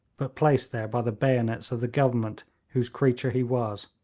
but placed there by the bayonets of the government whose creature he was,